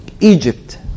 Egypt